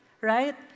right